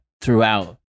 throughout